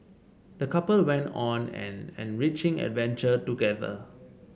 the couple went on an enriching adventure together